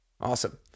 Awesome